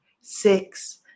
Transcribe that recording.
six